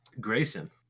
Grayson